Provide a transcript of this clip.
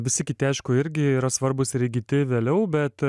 visi kiti aišku irgi yra svarbūs ir įgyti vėliau bet